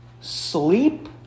sleep